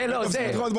על זה אני מקבל כסף,